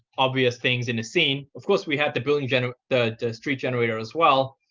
obvious things in the scene. of course, we have the building generate the street generator, as well.